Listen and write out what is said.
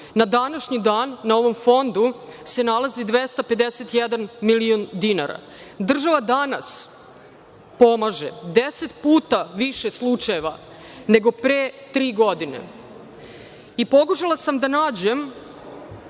Na današnji dan na ovom fondu se nalazi 251 milion dinara. Država danas pomaže 10 puta više slučajeva nego pre tri godine. Pokušala sam da nađem